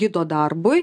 gido darbui